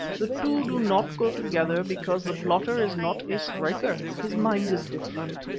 the two do not go together because the plotter is not a striker. his mind is different.